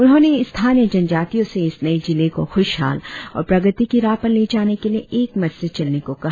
उन्होंने स्थानीय जनजातियों से इस नए जिले को खुशहाल और प्रगति की राह पर ले जाने के लिए एकमत से चलने को कहा